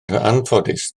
anffodus